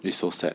it's so sad